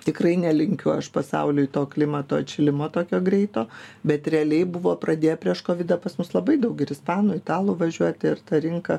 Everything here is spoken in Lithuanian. tikrai nelinkiu aš pasauliui to klimato atšilimo tokio greito bet realiai buvo pradėję prieš kovidą pas mus labai daug ir ispanų italų važiuoti ir ta rinka